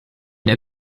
der